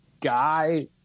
guy